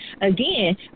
Again